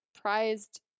prized